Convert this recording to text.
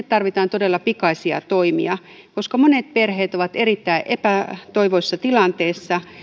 tarvitaan todella pikaisia toimia koska monet perheet ovat erittäin epätoivoisessa tilanteessa